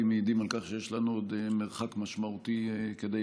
מעידים על כך שיש לנו עוד מרחק משמעותי לעבור.